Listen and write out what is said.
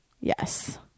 Yes